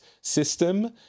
system